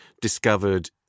discovered